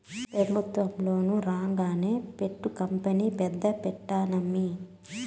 పెబుత్వ లోను రాంగానే పట్టు కంపెనీ పెద్ద పెడ్తానమ్మీ